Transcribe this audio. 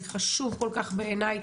זה חשוב כל כך בעיניי,